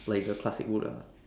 like the classic wood ah